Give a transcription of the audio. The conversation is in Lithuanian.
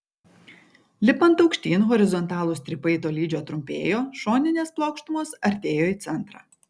lipant aukštyn horizontalūs strypai tolydžio trumpėjo šoninės plokštumos artėjo į centrą